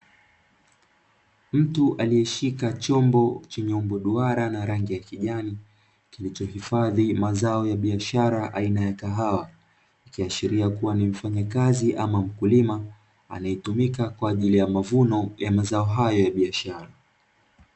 Mtu aliyeshika chombo chenye umbo duara na rangi ya kijani, kilichohifadhi zao la biashara aina ya kahawa, ikiashiria ni mfanyakazi au mkulima anayetimika kwajili ya mavuno ya mazao hayo ya biashara.